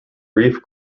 brief